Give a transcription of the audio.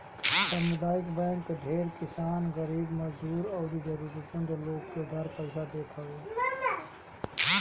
सामुदायिक बैंक ढेर किसान, गरीब मजदूर अउरी जरुरत मंद लोग के उधार पईसा देत हवे